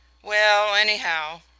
well, anyhow,